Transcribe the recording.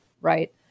right